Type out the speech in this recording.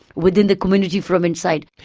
within the community from inside.